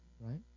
Right